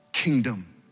kingdom